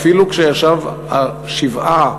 אפילו כשישב שבעה